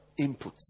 inputs